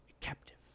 captive